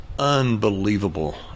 unbelievable